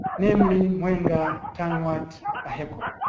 namely mwenga, tanwat or